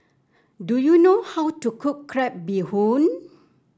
do you know how to cook Crab Bee Hoon